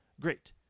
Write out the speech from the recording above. great